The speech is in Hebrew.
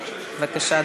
בבקשה,